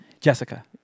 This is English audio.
Jessica